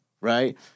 right